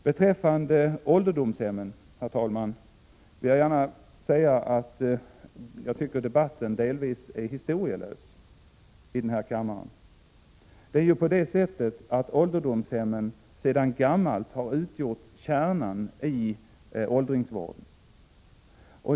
Beträffande ålderdomshemmen, herr talman, vill jag gärna säga att jag tycker att debatten här i kammaren delvis är historielös. Det är ju på det sättet att ålderdomshemmen sedan gammalt har utgjort kärnan i åldringsvården.